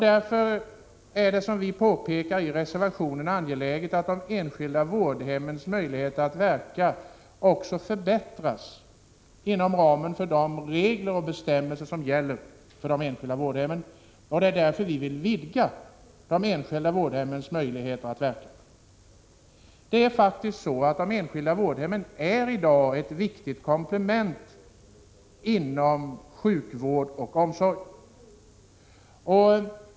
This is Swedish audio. Därför är det, som vi påpekar i reservationen, angeläget att de enskilda vårdhemmens möjligheter att verka också förbättras inom ramen för de regler och bestämmelser som gäller för dem. De utgör ett viktigt komplement till andra former av sjukvård och omsorg.